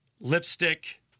lipstick